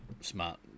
smart